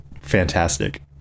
Fantastic